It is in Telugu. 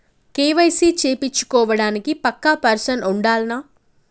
కే.వై.సీ చేపిచ్చుకోవడానికి పక్కా పర్సన్ ఉండాల్నా?